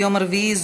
יום רביעי,